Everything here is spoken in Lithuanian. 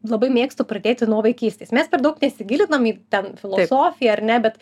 labai mėgstu pradėti nuo vaikystės mes per daug nesigilinam į ten filosofiją ar ne bet